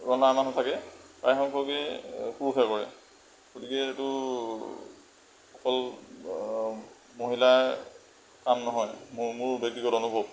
ৰন্ধা মানুহ থাকে প্ৰায় সংখ্যকেই পুৰুষে কৰে গতিকে এইটো অকল মহিলাৰ কাম নহয় মোৰ ব্যক্তিগত অনুভৱ